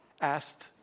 asked